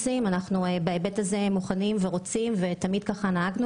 תמיד נהגנו